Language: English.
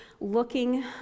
looking